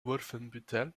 wolfenbüttel